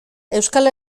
euskal